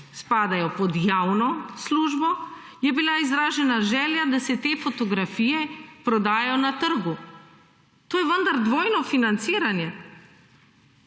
spadajo pod javno službo, je bila izražena želja, da se te fotografije prodajo na trgu. To je vendar dvojno financiranje.